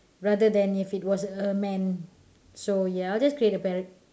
rather than if it was a man so ya I'll just create a parrot